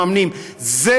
מממנות את זה.